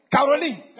Caroline